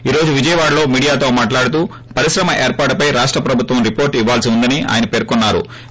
ఈ రోజు విజయవాడలో మీడియాతో మాట్లాడుతూ పరిశ్రమ ఏర్పాటుపై రాష్ట ప్రభుత్వం రిపోర్లు ఇవ్వాల్సి ఉందని ఆయన పేర్కొన్నా రు